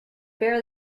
bear